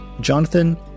Jonathan